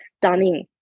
stunning